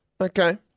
Okay